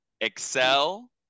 Excel